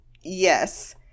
yes